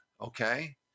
okay